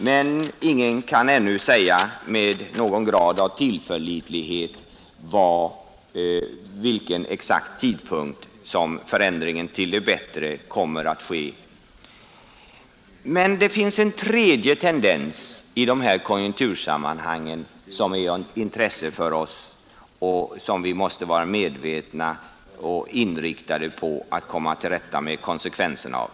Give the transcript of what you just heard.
Men ingen kan ännu säga med någon grad av tillförlitlighet vid vilken exakt tidpunkt som förändringen till det bättre kommer att ske. Det finns emellertid en tredje tendens i de här konjunktursammanhangen som är av intresse för oss och som vi måste vara medvetna om och inriktade på att komma till rätta med konsekvenserna av.